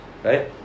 Right